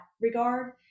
regard